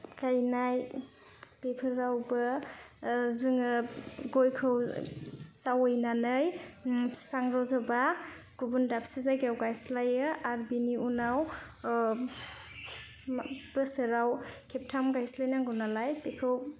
गायनाय बेफोरावबो जोङो गयखौ जावैनानै फिफां रजबा गुबुन दाबसे जायगायाव गायस्लायो आरो बिनि उनाव मा बोसोराव खेबथाम गायस्लायनांगौ नालाय बेखौ